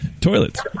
toilets